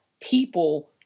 people